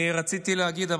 אני רציתי להגיד,